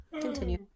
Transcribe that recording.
continue